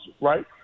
right